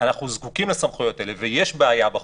אנחנו זקוקים לסמכויות האלה ויש בעיה בחוץ,